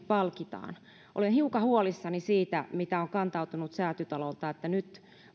palkitaan olen hiukan huolissani siitä mitä on kantautunut säätytalolta että nyt